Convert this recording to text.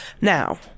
Now